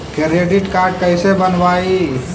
Credit card कैसे बनवाई?